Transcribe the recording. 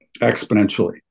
exponentially